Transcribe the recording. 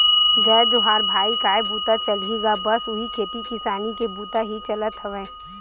जय जोहार भाई काय बूता चलही गा बस उही खेती किसानी के बुता ही चलत हवय